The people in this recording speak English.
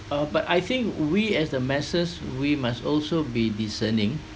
uh but I think we as the masses we must also be discerning